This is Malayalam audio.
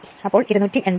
അപ്പോൾ 288